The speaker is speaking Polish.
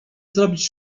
zrobić